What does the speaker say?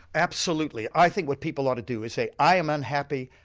absolutely. i think what people ought to do is say i am unhappy,